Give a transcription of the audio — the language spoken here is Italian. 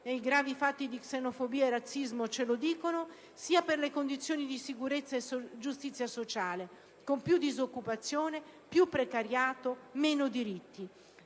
- i gravi fatti di xenofobia e di razzismo ce lo dimostrano - sia per le condizioni di sicurezza e giustizia sociale, con più disoccupazione, più precariato e meno diritti.